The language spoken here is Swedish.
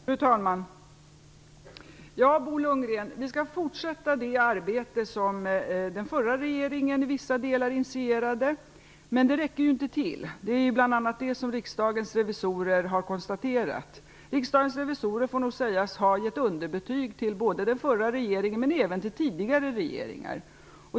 Fru talman! Ja, Bo Lundgren, vi skall fortsätta det arbete som den förra regeringen i vissa delar initierade. Men det räcker inte till. Det är bl.a. detta som Riksdagens revisorer har konstaterat. Riksdagens revisorer får nog sägas ha gett underbetyg till den förra regeringen men även till tidigare regeringar.